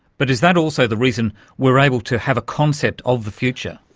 but is that also the reason we are able to have a concept of the future?